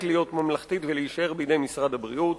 להיות ממלכתית ולהישאר בידי משרד הבריאות.